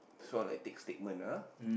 this one like thick statement ah